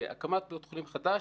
שהקמת בית חולים חדש,